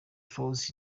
flows